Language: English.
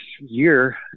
year